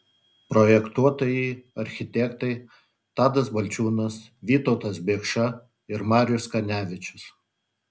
projektuotojai architektai tadas balčiūnas vytautas biekša ir marius kanevičius